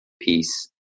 peace